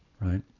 right